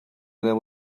know